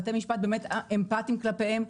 בתי משפט אמפתיים כלפיהם,